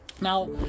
now